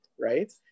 right